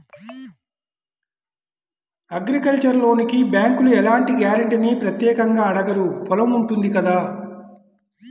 agricultural లోనుకి బ్యేంకులు ఎలాంటి గ్యారంటీనీ ప్రత్యేకంగా అడగరు పొలం ఉంటుంది కదా